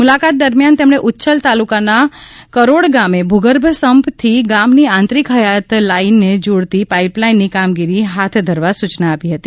મુલાકાત દરમિયાન તેમણે ઉચ્છલ તાલુકાના કરોડ ગામે ભૂગર્ભ સમ્પથી ગામની આંતરિક હયાત લાઇને જોડતી પાઇપલાઇનની કામગીરી હાથ ધરવા સૂચના આપી હતી